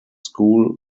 school